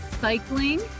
cycling